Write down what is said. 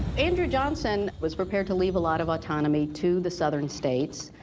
andrew johnson was prepared to leave a lot of autonomy to the southern states.